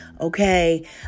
Okay